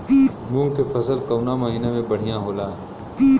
मुँग के फसल कउना महिना में बढ़ियां होला?